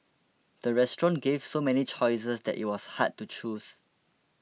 the restaurant gave so many choices that it was hard to choose